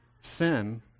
sin